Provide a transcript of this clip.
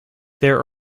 there